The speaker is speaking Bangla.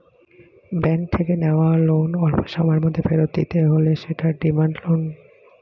ব্যাঙ্ক থেকে নেওয়া লোন অল্পসময়ের মধ্যে ফেরত দিতে হলে সেটা ডিমান্ড লোন